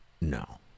no